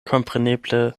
kompreneble